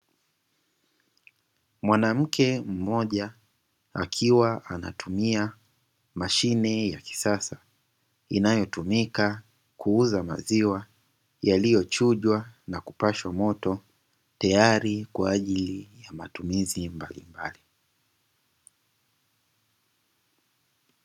Mwanamke mmoja akiwa anatumia mashine ya kisasa, inayotumika kuuza maziwa yaliyochujwa na kupashwa moto, tayari kwa ajili ya matumizi mbalimbali.